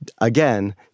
again